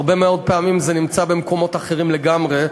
הרבה מאוד פעמים זה נמצא במקומות אחרים לגמרי,